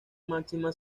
máxima